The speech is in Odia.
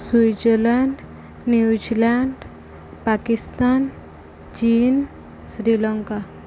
ସୁଇଜରଲ୍ୟାଣ୍ଡ୍ ନ୍ୟୁଜଲ୍ୟାଣ୍ଡ୍ ପାକିସ୍ତାନ୍ ଚୀନ୍ ଶ୍ରୀଲଙ୍କା